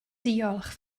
diolch